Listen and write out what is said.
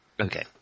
Okay